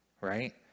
right